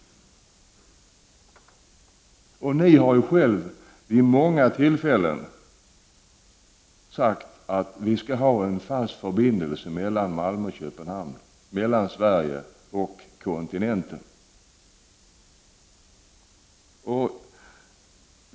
1989/90:31 Ni har själva vid många tillfällen sagt att vi skall ha en fast förbindelse mellan 22 november 1989 Malmö och Köpenhamn, mellan Sverige och kontinenten.